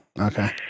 Okay